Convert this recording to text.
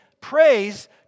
praise